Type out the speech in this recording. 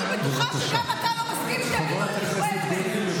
אני בטוחה שגם אתה לא מסכים שיגידו למישהו "אפס".